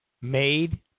Made